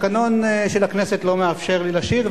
התקנון של הכנסת לא מאפשר לי לשיר,